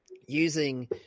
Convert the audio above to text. using